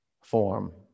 form